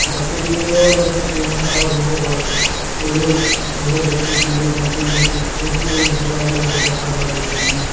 बच्चों के लिए भी बहुत व्यवस्था किए हैं और बूढ़े बड़ बड़ बूढ़े बूढ़े व्यक्तियों के लिए पेंसिल उन्सिल पेंसिल उन्सिल का लिए इंतज़ाम करवा दिए हैं